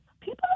People